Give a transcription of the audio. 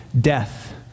death